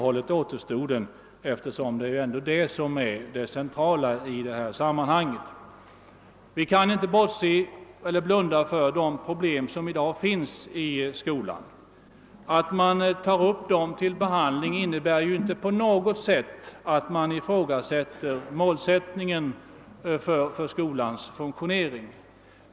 Återstoden, som ändå är det viktiga i detta sammanhang, skulle däremot bibehållas. Vi kan inte blunda för de problem som i dag finns i skolan. Att man tar upp dem till behandling innebär inte att man på något vis ifrågasätter målsättningen för skolans arbete.